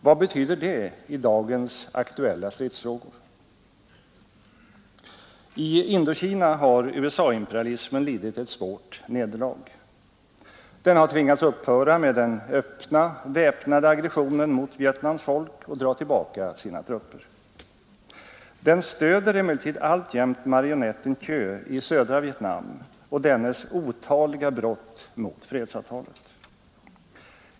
Vad betyder det i dagens aktuella stridsfrågor? I Indokina har USA-imperialismen lidit ett svårt nederlag. Den har tvingats upphöra med den öppna väpnade aggressionen mot Vietnams folk och dra tillbaka sina trupper. Den stöder emellertid alltjämt marionetten Thieu i södra Vietnam och dennes otaliga brott mot fredsavtalet.